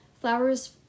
Flowers